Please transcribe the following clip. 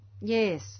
Yes